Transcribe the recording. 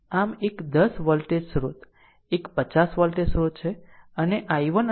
આમ એક 10 વોલ્ટ સ્રોત એક 50 વોલ્ટ સ્રોત છે